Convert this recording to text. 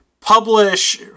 publish